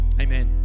Amen